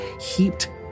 heaped